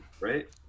right